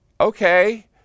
okay